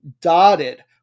dotted –